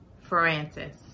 Francis